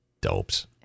Dopes